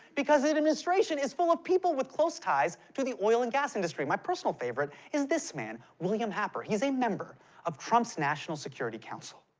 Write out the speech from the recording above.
because the administration is full of people with close ties to the oil and gas industry. my personal favorite is this man william happer. he's a member of trump's national security council.